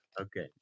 Okay